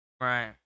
Right